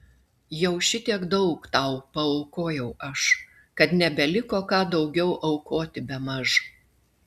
jau šitiek daug tau paaukojau aš kad nebeliko ką daugiau aukoti bemaž